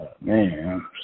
man